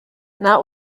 not